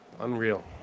Unreal